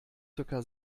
circa